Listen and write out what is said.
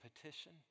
petition